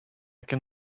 can